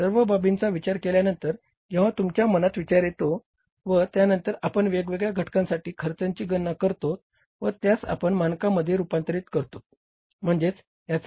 सर्व बाबींचा विचार केल्यानंतर जेंव्हा तुमच्या मनात विचार येतो व त्यानंतर आपण वेगवेगळ्या घटकांसाठी खर्चांची गणना करतोत व त्यास आपण मानकांमध्ये रुपांतरीत करतोत